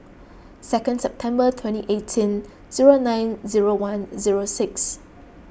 second September twenty eighteen zero nine zero one zero six